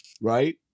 right